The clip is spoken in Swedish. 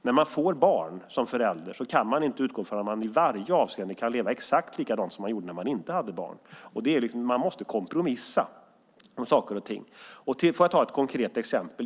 När man får barn kan man som förälder inte utgå från att man i varje avseende kan leva exakt likadant som man gjorde innan man fick barn. Man måste kompromissa. Låt mig ta ett konkret exempel.